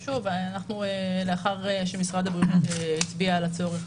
לאחר שמשרד הבריאות הצביע על הצורך